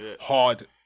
hard